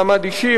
מעמד אישי,